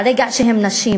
על רקע זה שהן נשים.